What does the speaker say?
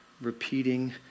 repeating